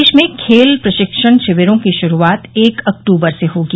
प्रदेश में खेल प्रशिक्षण शिविरों की शुरुआत एक अक्टूबर से होगी